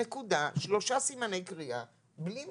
נקודה, שלושה סימני קריאה, בלי מחלוקת.